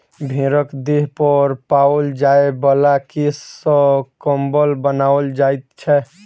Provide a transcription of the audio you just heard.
भेंड़क देह पर पाओल जाय बला केश सॅ कम्बल बनाओल जाइत छै